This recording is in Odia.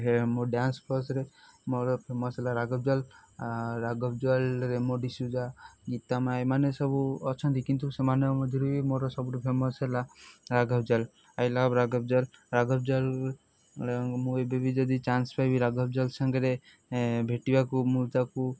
ମୋ ଡ଼୍ୟାନ୍ସ ପ୍ଲସ୍ରେ ମୋର ଫେମସ୍ ହେଲା ରାଘବ୍ ଜୁୱାଲ୍ ରାଘବ ଜଜ୍ୱାଲରେ ରେମୋ ଡ଼ିସୁଜା ଗୀତା ମାଆ ଏମାନେ ସବୁ ଅଛନ୍ତି କିନ୍ତୁ ସେମାନଙ୍କ ମଧ୍ୟରେ ବି ମୋର ସବୁଠୁ ଫେମସ୍ ହେଲା ରାଘବ୍ ଜୁୱାଲ୍ ଆଇ ଲଭ୍ ରାଘବ୍ ଜୁୱାଲ୍ ରାଘବ୍ ଜୁୱାଲ୍ ମୁଁ ଏବେ ବି ଯଦି ଚାନ୍ସ ପାଇବି ରାଘବ୍ ଜୁୱାଲ୍ ସାଙ୍ଗରେ ଭେଟିବାକୁ ମୁଁ ତାକୁ